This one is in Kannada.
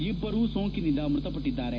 ಇಬ್ಲರು ಸೋಂಕಿನಿಂದ ಮೃತಪಟ್ಟದ್ದಾರೆ